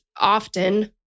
often